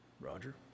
Roger